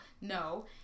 no